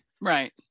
Right